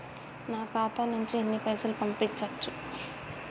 నా ఖాతా నుంచి ఎన్ని పైసలు పంపించచ్చు?